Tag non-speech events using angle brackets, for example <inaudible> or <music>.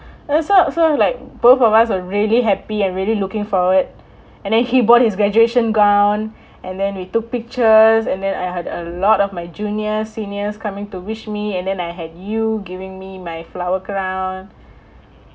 <noise> so so like both of us are really happy and really looking forward and then he bought his graduation gown <breath> and then we took pictures and then I had a lot of my junior seniors coming to wish me and then I had you giving me my flower crown